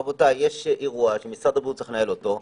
רבותיי, יש אירוע שמשרד הבריאות צריך לנהל אותו.